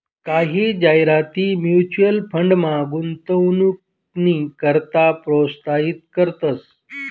कायी जाहिराती म्युच्युअल फंडमा गुंतवणूकनी करता प्रोत्साहित करतंस